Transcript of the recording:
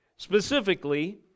Specifically